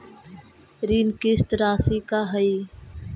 ऋण किस्त रासि का हई?